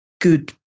good